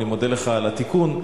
אני מודה לך על התיקון,